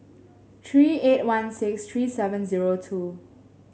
three eight one six three seven zero two